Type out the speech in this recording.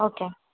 okay